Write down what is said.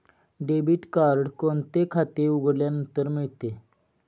Debit card कोणते खाते उघडल्यानंतर मिळते?